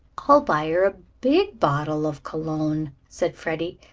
i'll buy her a big bottle of cologne, said freddie.